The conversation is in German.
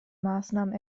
maßnahmen